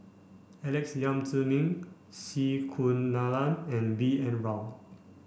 Alex Yam Ziming C Kunalan and B N Rao